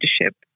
leadership